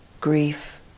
grief